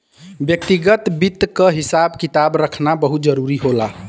व्यक्तिगत वित्त क हिसाब किताब रखना बहुत जरूरी होला